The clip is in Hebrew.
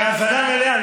אנחנו בהאזנה מלאה.